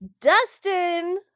Dustin